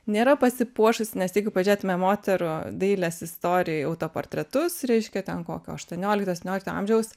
nėra pasipuošusi nes jeigu pažiūrėtume moterų dailės istorijoje autoportretus reiškia ten kokio aštuoniolikto septyniolikto amžiaus